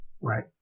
right